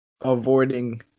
avoiding